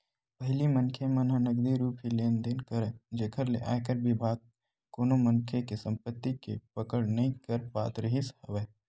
पहिली मनखे मन ह नगदी रुप ही लेन देन करय जेखर ले आयकर बिभाग कोनो मनखे के संपति के पकड़ नइ कर पात रिहिस हवय